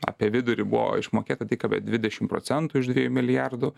apie vidurį buvo išmokėta tik apie dvidešimt procentų iš dviejų milijardų